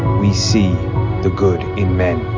we see the good in men.